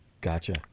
Gotcha